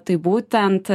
tai būtent